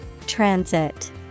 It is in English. Transit